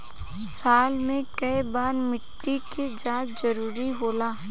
साल में केय बार मिट्टी के जाँच जरूरी होला?